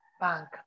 bank